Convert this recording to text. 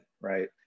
right